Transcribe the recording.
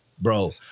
bro